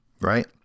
right